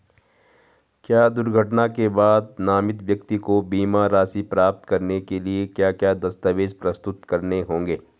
क्या दुर्घटना के बाद नामित व्यक्ति को बीमा राशि प्राप्त करने के लिए क्या क्या दस्तावेज़ प्रस्तुत करने होंगे?